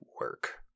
work